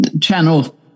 channel